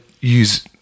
use